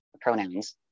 pronouns